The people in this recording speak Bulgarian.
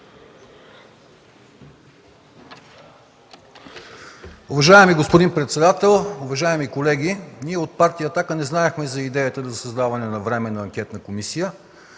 Уважаеми господин председател, уважаеми колеги! От Партия „Атака” не знаехме за идеята за създаване на Временна анкетна комисия